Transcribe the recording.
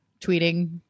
tweeting